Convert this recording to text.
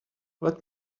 let